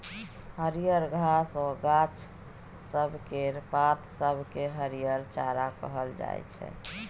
हरियर घास आ गाछ सब केर पात सब केँ हरिहर चारा कहल जाइ छै